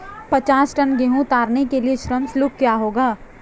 पचास टन गेहूँ उतारने के लिए श्रम शुल्क क्या होगा?